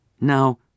Now